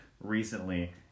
recently